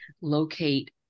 locate